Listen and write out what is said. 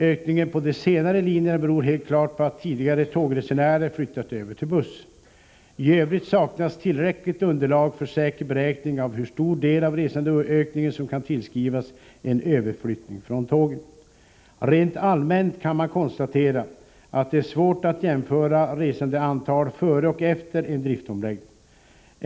Ökningen på de senare linjerna beror helt klart på att tidigare tågresenärer flyttat över till buss. I övrigt saknas 13 tillräckligt underlag för säker beräkning av hur stor del av resandeökningen som kan tillskrivas en överflyttning från tågen. Rent allmänt kan man konstatera att det är svårt att jämföra resandeantal före och efter en driftomläggning.